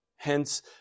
Hence